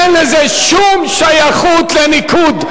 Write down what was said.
אין לזה שום שייכות לניקוד.